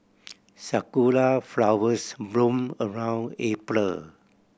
sakura flowers bloom around April